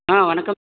ஆ வணக்கம்